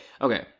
okay